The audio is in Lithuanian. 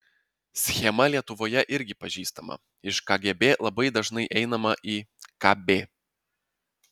schema lietuvoje irgi pažįstama iš kgb labai dažnai einama į kb